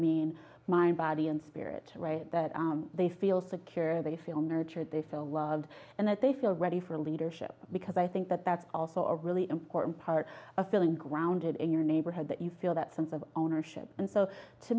mean mind body and spirit that they feel secure they feel nurtured they feel love and that they feel ready for leadership because i think that that's also a really important part of feeling grounded in your neighborhood that you feel that something ownership and so to